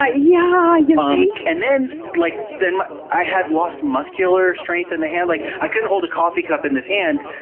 ah yeah, ya um and think? like then i had lost muscular strength in the hand. like i couldn't hold a coffee cup in this hand.